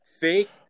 fake